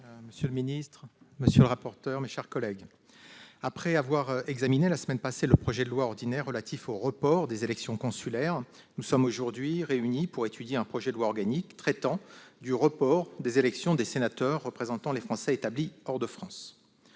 Monsieur le président, monsieur le ministre, mes chers collègues, après avoir examiné la semaine passée le projet de loi ordinaire relatif au report des élections consulaires, nous sommes aujourd'hui réunis pour étudier un projet de loi organique traitant du report de l'élection de sénateurs représentant les Français établis hors de France.